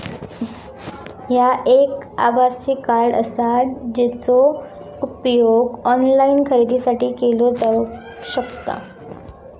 ह्या एक आभासी कार्ड आसा, जेचो उपयोग ऑनलाईन खरेदीसाठी केलो जावक शकता